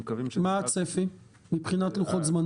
אנחנו מקווים שלקראת --- מה הצפי מבחינת לוחות זמנים?